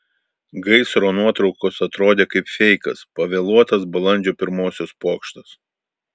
gaisro nuotraukos atrodė kaip feikas pavėluotas balandžio pirmosios pokštas